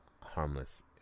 harmless